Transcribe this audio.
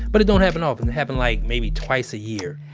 but it don't happen often. it happen like maybe twice a year.